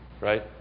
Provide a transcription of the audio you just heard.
Right